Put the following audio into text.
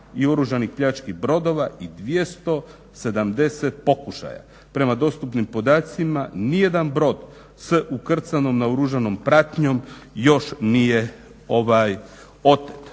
i oružanih pljački brodova i 270 pokušaja. Prema dostupnim podacima nijedan brod s ukrcanom naoružanom pratnjom još nije otet.